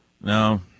No